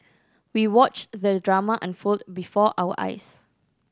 we watched the drama unfold before our eyes